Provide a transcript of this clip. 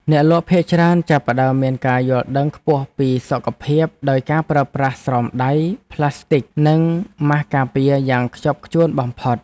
អ្នកលក់ភាគច្រើនចាប់ផ្ដើមមានការយល់ដឹងខ្ពស់ពីសុខភាពដោយការប្រើប្រាស់ស្រោមដៃប្លាស្ទិចនិងម៉ាសការពារយ៉ាងខ្ជាប់ខ្ជួនបំផុត។